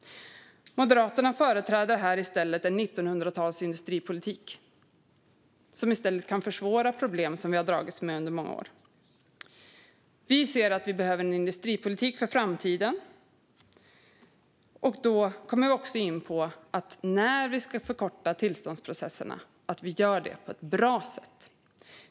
Moderaterna företräder i stället en 1900-talsindustripolitik som i stället kan försvåra problem som vi har dragits med under många år. Vi ser att vi behöver en industripolitik för framtiden. När vi ska förkorta tillståndsprocesserna ska vi också göra det på ett bra sätt.